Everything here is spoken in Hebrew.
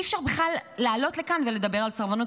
אי-אפשר בכלל לעלות לכאן ולדבר על סרבנות